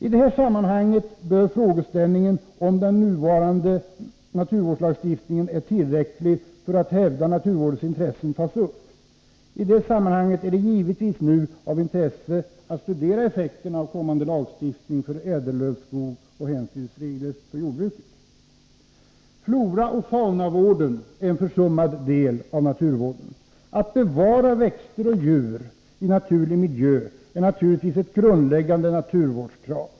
I detta sammanhang bör frågeställningen om den nuvarande naturvårdslagstiftningen är tillräcklig för att hävda naturvårdsintressena tas upp. I detta sammanhang är det givetvis av intresse att studera effekten av kommande lagstiftning för ädellövskog och hänsynsregler för jordbruket. Floraoch faunavården är en försummad del av naturvården. Att bevara växter och djur i naturlig miljö är naturligtvis ett grundläggande naturvårdskrav.